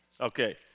Okay